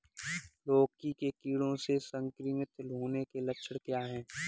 लौकी के कीड़ों से संक्रमित होने के लक्षण क्या हैं?